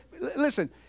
Listen